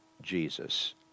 Jesus